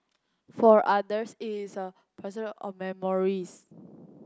for others it is a posit of memories